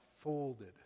folded